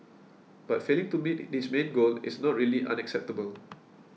but failing to meet this main goal is not really unacceptable